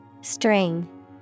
String